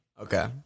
Okay